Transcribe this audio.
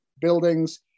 buildings